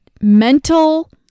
mental